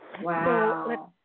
Wow